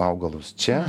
augalus čia